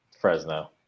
Fresno